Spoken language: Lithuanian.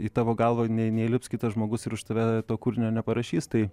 į tavo galvą ne neįlips kitas žmogus ir už tave to kūrinio neparašys tai